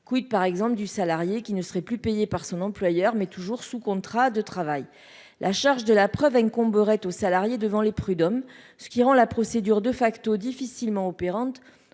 quid par exemple du salarié qui ne serait plus payé par son employeur, mais toujours sous contrat de travail, la charge de la preuve incomberait aux salariés devant les prud'hommes, ce qui rend la procédure de facto difficilement opérante